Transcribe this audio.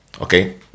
Okay